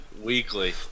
weekly